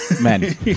men